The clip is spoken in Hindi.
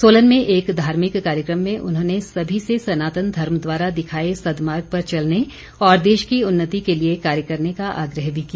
सोलन में एक धार्मिक कार्यक्रम में उन्होंने सभी से सनातन धर्म द्वारा दिखाए सदमार्ग पर चलने और देश की उन्नति के लिए कार्य करने का आग्रह भी किया